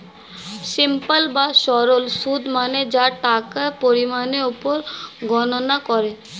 simple বা সরল সুদ মানে যা টাকার পরিমাণের উপর গণনা করে